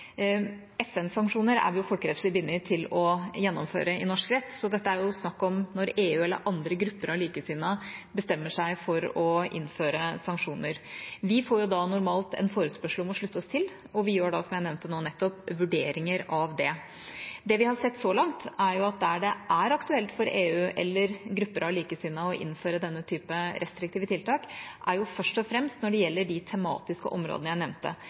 er vi folkerettslig bundet til å gjennomføre i norsk rett, så dette er jo snakk om når EU eller andre grupper av likesinnede bestemmer seg for å innføre sanksjoner. Vi får normalt en forespørsel om å slutte oss til, og vi gjør da, som jeg nevnte nå nettopp, vurderinger av det. Det vi har sett så langt, er at der det er aktuelt for EU eller grupper av likesinnede å innføre denne typen restriktive tiltak, er først og fremst når det gjelder de tematiske områdene jeg nevnte.